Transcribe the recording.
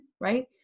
right